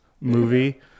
movie